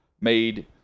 made